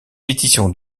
pétitions